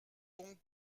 donc